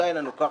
כדאי לנו כך,